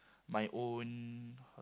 my own